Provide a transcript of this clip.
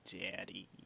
daddy